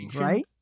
right